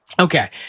Okay